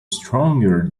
stronger